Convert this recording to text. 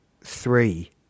three